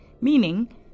meaning